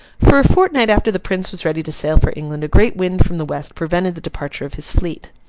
for a fortnight after the prince was ready to sail for england, a great wind from the west prevented the departure of his fleet.